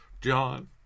John